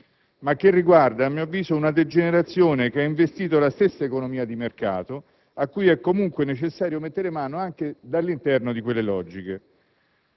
ma riguarda, a mio avviso, una degenerazione che ha investito la stessa economia di mercato a cui è comunque necessario mettere mano dall'interno di quelle logiche.